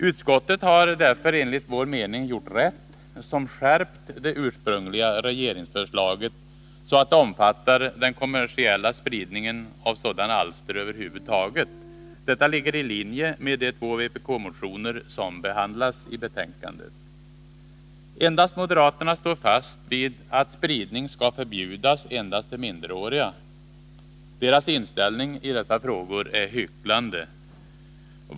Utskottet har därför enligt vår mening gjort rätt som skärpt det ursprungliga regeringsförslaget, så att det omfattar den kommersiella spridningen av sådana alster över huvud taget. Detta ligger i linje med de två vpk-motioner som behandlas i betänkandet. Endast moderaterna står fast vid att spridning skall förbjudas endast till minderåriga. Deras inställning är i dessa frågor hycklande.